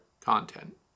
content